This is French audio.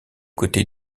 côté